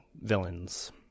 villains